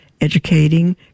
educating